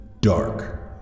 Dark